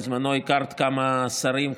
בזמנו הכרת כמה שרים,